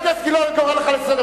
אני מקווה שבעזרת השם תחזור